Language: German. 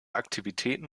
aktivitäten